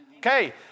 Okay